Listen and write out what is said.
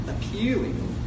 appealing